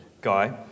guy